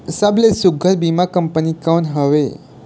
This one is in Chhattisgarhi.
सबले सुघ्घर बीमा कंपनी कोन हवे?